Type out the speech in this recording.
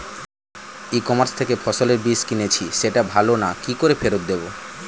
ই commerce থেকে ফসলের বীজ কিনেছি সেটা ভালো না কি করে ফেরত দেব?